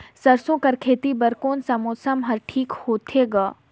सरसो कर खेती बर कोन मौसम हर ठीक होथे ग?